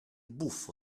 buffo